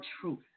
truth